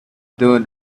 doing